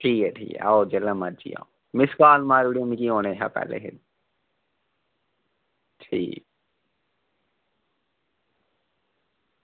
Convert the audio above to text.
ठीक ऐ ठीक ऐ आओ जेल्लै मरजी आओ मिस्ड कॉल मारी लैएओ मिगी औने कशा पैह्लें ठीक